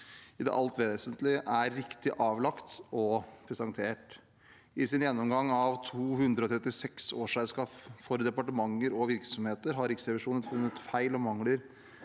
i det alt vesentlige er riktig avlagt og presentert. I sin gjennomgang av 236 årsregnskap for departementer og virksomheter har Riksrevisjonen funnet feil og mangler